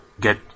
get